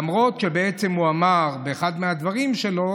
ולמרות שבעצם הוא אמר באחד מהדברים שלו